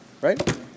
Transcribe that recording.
right